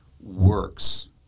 works